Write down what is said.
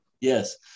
Yes